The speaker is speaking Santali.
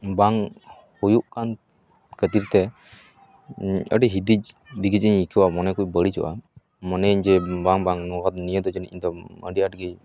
ᱵᱟᱝ ᱦᱩᱭᱩᱜ ᱠᱟᱱ ᱠᱷᱟᱹᱛᱤᱨ ᱛᱮ ᱟᱹᱰᱤ ᱦᱤᱫᱤᱡ ᱫᱤᱜᱤᱡ ᱤᱧ ᱟᱹᱭᱠᱟᱹᱣᱟ ᱢᱚᱱᱮ ᱠᱚ ᱵᱟᱹᱲᱤᱡᱚᱜᱼᱟ ᱢᱚᱱᱮᱭᱟᱹᱧ ᱡᱮ ᱵᱟᱝ ᱵᱟᱝ ᱱᱚᱝᱠᱟ ᱱᱤᱭᱟᱹ ᱫᱚ ᱤᱧ ᱫᱚ ᱟᱹᱰᱤ ᱟᱸᱴ ᱜᱮ